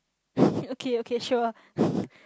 okay okay sure